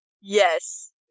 Yes